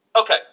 Okay